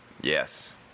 Yes